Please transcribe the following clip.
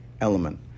element